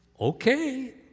okay